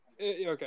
Okay